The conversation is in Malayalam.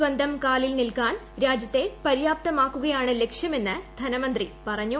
സ്വന്തം കാലിൽ നില്കാൻ രാജ്യത്ത് പ്ര്യാപ്തമാക്കുകയാണ് ലക്ഷ്യമെന്ന് ധനമന്ത്രി പറഞ്ഞു